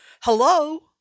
Hello